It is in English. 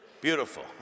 Beautiful